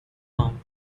mountain